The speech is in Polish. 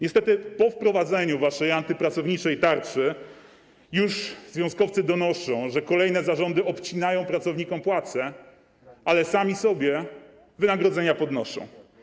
Niestety po wprowadzeniu waszej antypracowniczej tarczy już związkowcy donoszą, że kolejne zarządy obcinają pracownikom płace, ale swoim członkom wynagrodzenia podnoszą.